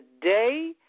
Today